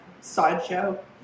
sideshow